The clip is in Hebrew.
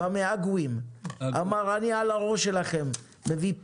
הוא אמר: אני על הראש שלכם מביא פרה,